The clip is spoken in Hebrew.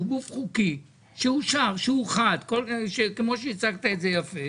שהוא גוף חוקי שאושר, שאוחד, כמו שהצגת את זה יפה,